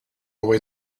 away